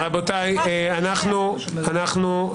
להצביע.